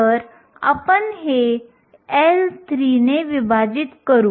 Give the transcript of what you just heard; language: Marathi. तर आपण Ec χ ला अनंतासह बदलू